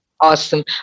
Awesome